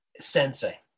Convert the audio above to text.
sensei